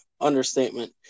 understatement